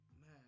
man